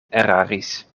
eraris